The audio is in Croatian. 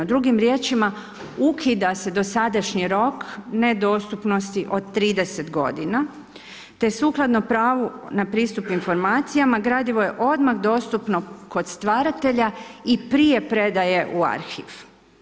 Drugim riječima, ukida se dosadašnji rok ne dostupnosti od 30 godina te sukladno pravu na pristup informacijama gradivo je odmah dostupno kod stvaratelja i prije predaje u arhiv.